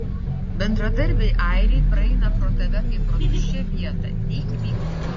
bendradarbiai airiai praeina pro tave kaip pro tuščią vietą nei kvykt